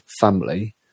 family